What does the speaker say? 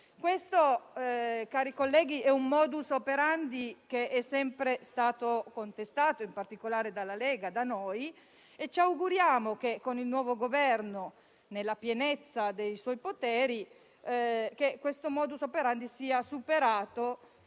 tratta, cari colleghi, di un *modus operandi* che è sempre stato contestato, in particolare dalla Lega, e ci auguriamo che con il nuovo Governo, nella pienezza dei suoi poteri, esso sia superato